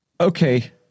Okay